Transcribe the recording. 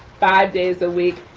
five days a week,